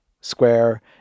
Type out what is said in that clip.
square